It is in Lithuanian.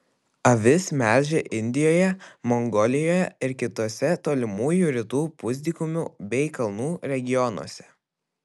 avis melžia indijoje mongolijoje ir kituose tolimųjų rytų pusdykumių bei kalnų regionuose